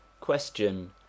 Question